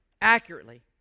accurately